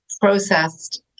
processed